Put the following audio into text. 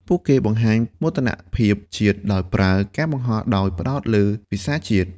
ពួកគេបង្ហាញមោទនភាពជាតិដោយប្រើការបង្ហោះដោយផ្តោតលើភាសាជាតិ។